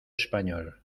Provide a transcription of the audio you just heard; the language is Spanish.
español